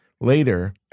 Later